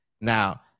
now